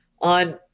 on